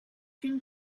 une